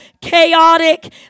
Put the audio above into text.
chaotic